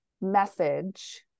message